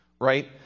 right